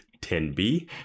10B